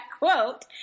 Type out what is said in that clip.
quote